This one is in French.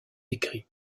écrit